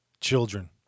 children